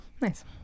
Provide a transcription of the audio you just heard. nice